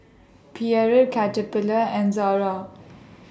Perrier Caterpillar and Zara